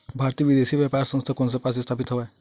भारतीय विदेश व्यापार संस्था कोन पास स्थापित हवएं?